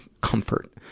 comfort